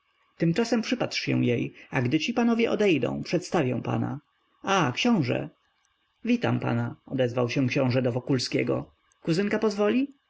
tymczasem przypatrz się jej a gdy ci panowie odejdą przedstawię pana a książe witam pana odezwał się książe do wokulskiego kuzynka pozwoli